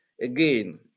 again